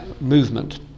movement